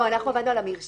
לא, אנחנו עבדנו על המרשם.